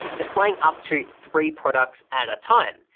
displaying up to three products at a time.